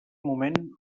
moment